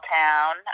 town